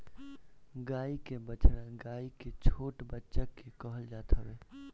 गाई के बछड़ा गाई के छोट बच्चा के कहल जात हवे